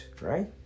right